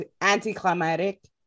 anticlimactic